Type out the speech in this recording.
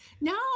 No